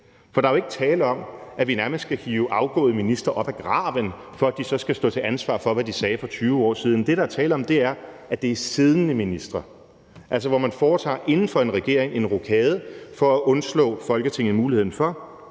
for der er jo ikke tale om, at vi nærmest skal hive afgåede ministre op af graven, for at de så skal stå til ansvar for, hvad de sagde for 20 år siden. Det, der er tale om, er, at det er siddende ministre, altså i de tilfælde, hvor man inden for en regering foretager en rokade for at undslå sig for, at Folketinget har mulighed for